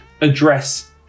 address